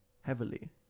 heavily